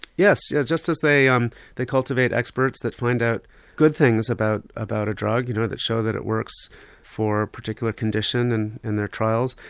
yes, yeah just as they um they cultivate experts that find out good things about a drug you know that show that it works for a particular condition and in their trials,